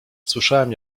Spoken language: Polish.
słyszałem